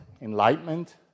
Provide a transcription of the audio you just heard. enlightenment